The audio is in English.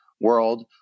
world